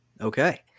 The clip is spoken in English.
Okay